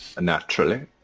Naturally